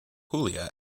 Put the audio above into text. julia